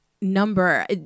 number